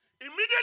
Immediately